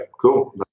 Cool